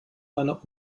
einer